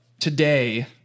Today